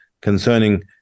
concerning